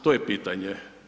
To je pitanje.